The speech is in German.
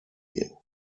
mir